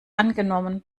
angenommen